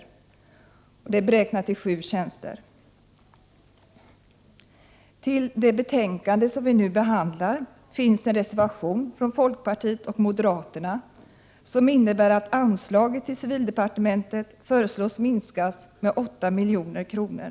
Detta resurstillskott är beräknat för 7 tjänster. Till det betänkande som vi nu behandlar finns en reservation från folkpartiet och moderaterna som innebär att anslaget till civildepartementet föreslås bli minskat med 8 milj.kr.